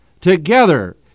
Together